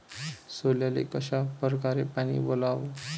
सोल्याले कशा परकारे पानी वलाव?